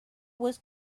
was